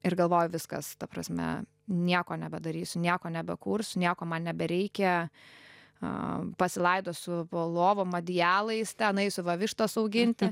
ir galvoju viskas ta prasme nieko nebedarysiu nieko nebekursiu nieko man nebereikia a pasilaidosiu po lovom adijalais ten eisiu va vištas auginti